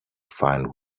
find